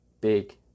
big